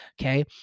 Okay